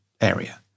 area